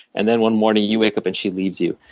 and then one morning you wake up and she leaves you,